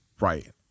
Right